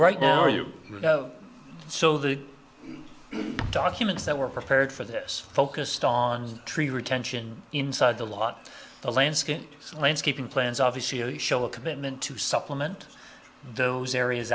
now are you so the documents that were prepared for this focused on tree retention inside the lot the landscape landscaping plans obviously show a commitment to supplement those areas